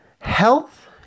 health